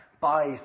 buys